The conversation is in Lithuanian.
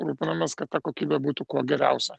rūpinamės kad ta kokybė būtų kuo geriausia